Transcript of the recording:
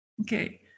Okay